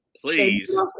Please